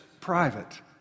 private